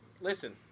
listen